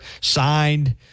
signed